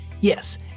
Yes